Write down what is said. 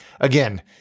again